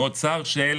בצורה הכי פשוטה.